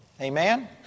Amen